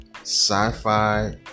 Sci-fi